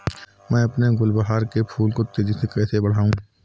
मैं अपने गुलवहार के फूल को तेजी से कैसे बढाऊं?